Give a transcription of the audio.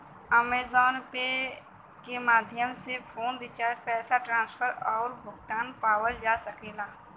Amazon Pay के माध्यम से फ़ोन रिचार्ज पैसा ट्रांसफर आउर भुगतान पावल जा सकल जाला